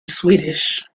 swedish